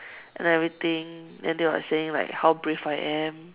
and everything and they were like saying like how brave I am